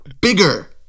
bigger